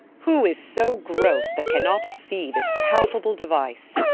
who is so gross that cannot see this palpable device!